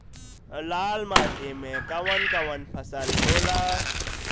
लाल माटी मे कवन कवन फसल होला?